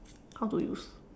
how to use